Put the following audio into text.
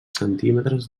centímetres